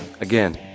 Again